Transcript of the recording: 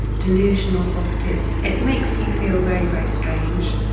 delusional properties, it makes you feel very, very strange,